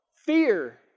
Fear